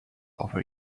over